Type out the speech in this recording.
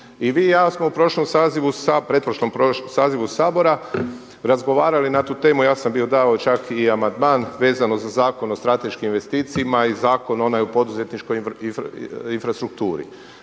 u prošlom sazivu, pretprošlom sazivu Sabora razgovarali na tu temu, ja sam bio dao čak i amandman vezano za Zakon o strateškim investicijama i Zakon onaj o poduzetničkoj infrastrukturi.